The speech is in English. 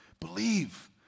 Believe